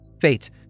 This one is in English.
fate